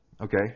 Okay